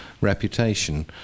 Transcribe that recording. reputation